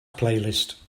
playlist